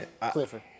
Clifford